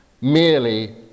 merely